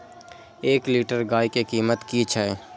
एक लीटर गाय के कीमत कि छै?